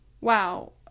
Wow